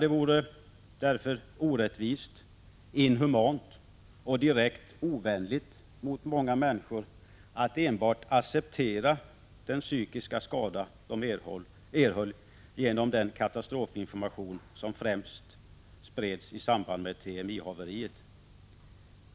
Det vore därför orättvist, inhumant och direkt ovänligt mot många människor att enbart acceptera den psykiska skada de erhöll genom den katastrofinformation som främst spreds i samband med haveriet vid Three Mile Island.